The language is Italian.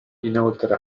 inoltre